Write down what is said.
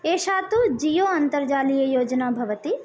एषा तु जियो अन्तर्जालीययोजना भवति